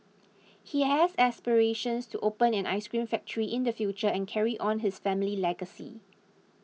he has aspirations to open an ice cream factory in the future and carry on his family legacy